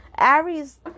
Aries